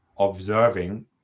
observing